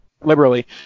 liberally